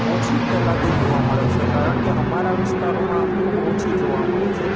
ઓછી ફેલાતી જોવા મળે છે કારણ કે અમારા વિસ્તારોમાં ખૂબ ઓછી જોવા મળે છે